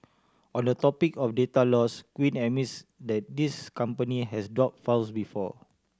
on the topic of data loss Quinn admits that this company has dropped files before